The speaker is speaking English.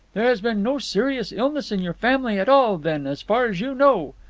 there has been no serious illness in your family at all, then, as far as you know?